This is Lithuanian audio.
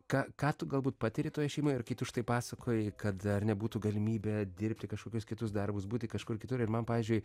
ką ką tu galbūt patiri toje šeimoje ir už tai pasakojai kad ar nebūtų galimybė dirbti kažkokius kitus darbus būti kažkur kitur ir man pavyzdžiui